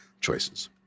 choices